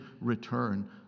return